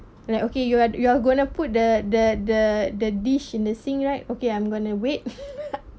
like okay you are you are going to put the the the the dish in the sink right okay I'm going to wait